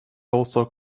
also